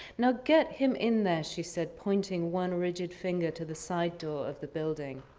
now get him in there, she said, pointing one rigid finger to the side door of the building.